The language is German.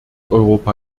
europa